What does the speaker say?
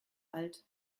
alt